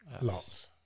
Lots